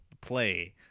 play